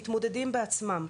מתמודדים בעצמם.